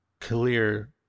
clear